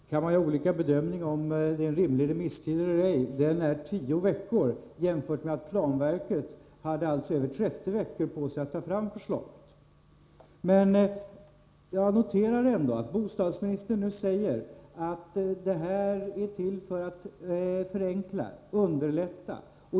Herr talman! Man kan ha olika bedömningar av om det är en rimlig remisstid eller inte. Tiden är tio veckor, jämfört med att planverket hade över trettio veckor på sig att ta fram förslaget. Jag noterar att bostadsministern nu säger att det hela är till för att förenkla och underlätta.